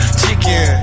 chicken